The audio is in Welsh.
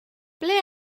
ble